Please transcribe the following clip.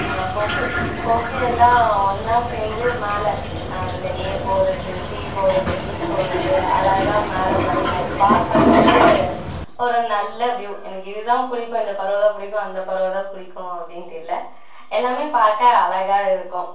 கொக்கு கொக்கு எல்லாம் ஒன்றா சேர்ந்து மேலே அந்த எ போகிறது சி போகிறது டி போகிறது அழகா மேலே பாருங்க அது பார்க்குறப்பவே ஒரு நல்ல வியூ எனக்கு இதுதான் பிடிக்கும் இந்த பறவைதான் பிடிக்கும் அந்த பறவைதான் பிடிக்கும் அப்படின்ட்டு இல்லை எல்லாமே பார்க்க அழகா இருக்கும்